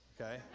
Okay